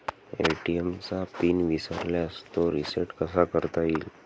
ATM चा PIN विसरल्यास तो रिसेट कसा करता येईल?